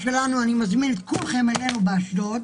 אני מזמין את כולכם למפעל שלנו באשדוד